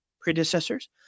predecessors